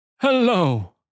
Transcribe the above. Hello